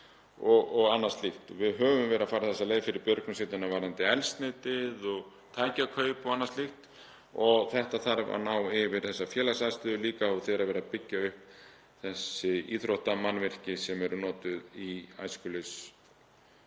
og annað slíkt. Við höfum verið að fara þessa leið fyrir björgunarsveitirnar varðandi eldsneytið og tækjakaup og annað slíkt. Þetta þarf að ná yfir þessa félagsaðstöðu líka og þegar verið er að byggja upp þessi íþróttamannvirki sem eru notuð í æskulýðsstarfi